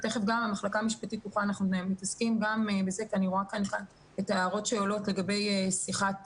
אני רואה כאן את ההערות שעולות לגבי שיעור